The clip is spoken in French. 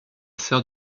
sœur